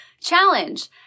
challenge